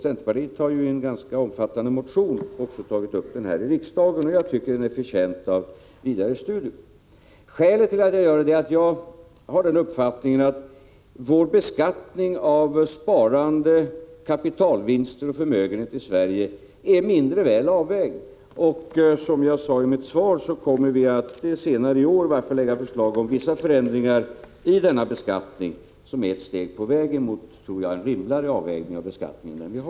Centerpartiet har ju för övrigt tagit upp den här i riksdagen i en ganska omfattande motion. Jag tycker emellertid att frågan är förtjänt av vidare studium. Skälet till att jag gör det är att jag har uppfattningen att beskattningen av sparande, kapitalvinster och förmögenheter i Sverige är mindre väl avvägd. Som jag sade i mitt svar kommer vi att senare i år lägga fram förslag om vissa förändringar i denna beskattning, förslag som jag tror är ett steg på vägen mot en rimligare avvägning av beskattningen än den vi har.